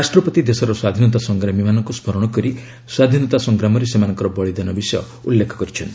ରାଷ୍ଟ୍ରପତି ଦେଶର ସ୍ୱାଧୀନତା ସଂଗ୍ରାମୀମାନଙ୍କୁ ସ୍କରଣ କରି ସ୍ୱାଧୀନତା ସଂଗ୍ରାମରେ ସେମାନଙ୍କ ବଳୀଦାନ ବିଷୟ ଉଲ୍ଲେଖ କରିଛନ୍ତି